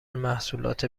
محصولات